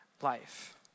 life